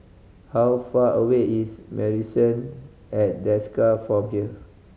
how far away is Marrison at Desker from here